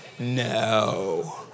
No